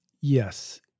yes